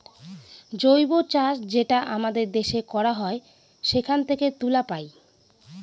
জৈব চাষ যেটা আমাদের দেশে করা হয় সেখান থেকে তুলা পায়